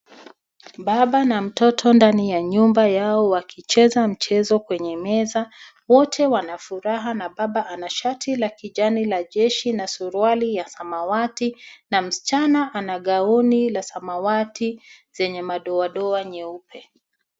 Baba na mtoto ndani ya nyumba yao wakicheza mchezo kwenye meza. Wote wanafuraha na baba anashati la kijani la jeshi na suruali ya samawati na msichana ana gauni la samawati zenye madoa doa nyeupe.